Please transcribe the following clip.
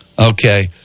Okay